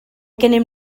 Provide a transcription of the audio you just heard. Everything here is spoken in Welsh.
gennym